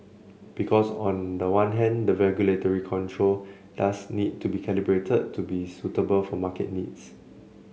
because on the one hand the regulatory control does need to be calibrated to be suitable for market needs